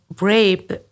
rape